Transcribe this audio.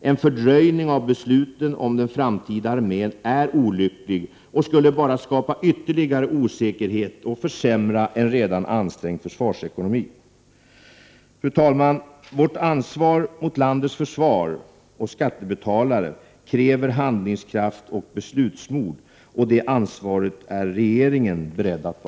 En fördröjning av besluten om den framtida armén är olycklig och skulle bara skapa ytterligare osäkerhet och försämra en redan ansträngd försvarsekonomi. Fru talman! Vårt ansvar mot landets försvar och skattebetalare kräver handlingskraft och beslutsmod. Det ansvaret är regeringen beredd att ta.